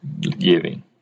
giving